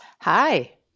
Hi